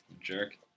Jerk